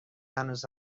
هنوز